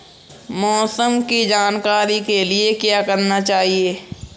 मौसम की जानकारी के लिए क्या करना चाहिए?